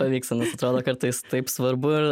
pavyksta nes atrodo kartais taip svarbu ir